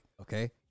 Okay